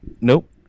Nope